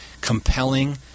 compelling